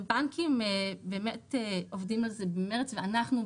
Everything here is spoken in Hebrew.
הבנקים באמת עובדים על זה במרץ ואנחנו,